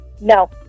No